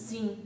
Sim